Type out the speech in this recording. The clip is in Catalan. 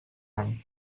any